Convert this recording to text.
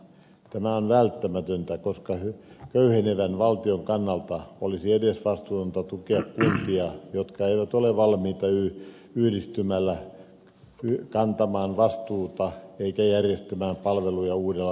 tämä on välttämätöntä koska köyhenevän valtion kannalta olisi edesvastuutonta tukea kuntia jotka eivät ole valmiita yhdistymällä kantamaan vastuuta eivätkä järjestämään palveluja uudella tavalla